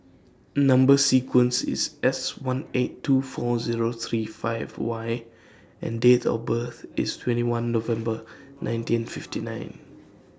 Number sequence IS S one eight two four O three five Y and Date of birth IS twenty one November nineteen fifty nine